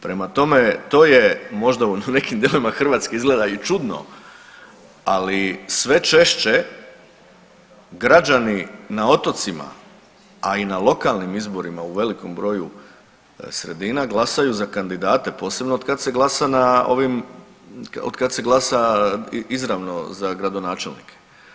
Prema tome, to je možda u nekim dijelovima Hrvatske izgleda i čudno, ali sve češće građani na otocima, a i na lokalnim izborima u velikom broju sredina glasaju za kandidate, posebno otkad se glasa na ovim, otkad se glasa izravno za gradonačelnike.